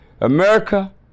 America